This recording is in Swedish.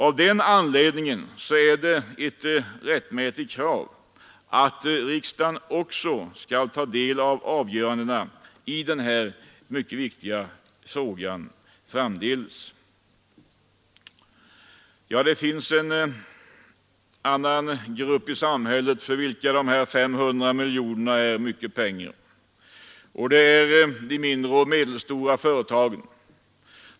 Av den anledningen är det ett rättmätigt krav att riksdagen också framdeles skall få ta del i avgörandena i denna mycket viktiga fråga. Det finns en annan grupp människor i samhället, för vilka dessa 500 miljoner är mycket pengar, nämligen de mindre och de medelstora företagen.